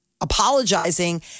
apologizing